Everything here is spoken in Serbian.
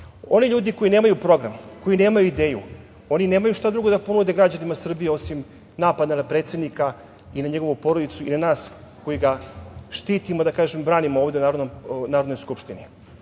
ljudi koji nemaju program, koji nemaju ideju, oni nemaju šta drugo da ponude građanima Srbije osim napada na predsednika i na njegovu porodicu i na nas koji ga štitimo, da kažem, branimo ovde u Narodnoj skupštini.